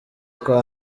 kwa